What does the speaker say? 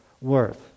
worth